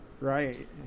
right